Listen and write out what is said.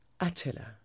Attila